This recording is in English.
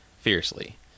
fiercely